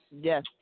Yes